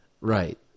Right